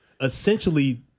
essentially